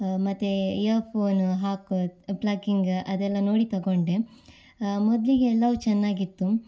ಮತ್ತೆ ಇಯ ಫೋನ ಹಾಕೋದು ಪ್ಲಗಿಂಗ ಅದೆಲ್ಲ ನೋಡಿ ತೊಗೊಂಡೆ ಮೊದಲಿಗೆ ಎಲ್ಲವು ಚೆನ್ನಾಗಿತ್ತು